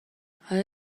حالا